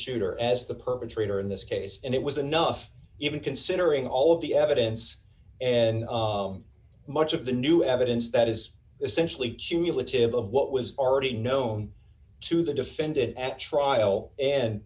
shooter as the perpetrator in this case and it was enough even considering all of the evidence and much of the new evidence that is essentially a tip of what was already known to the defendant at trial and